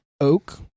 oak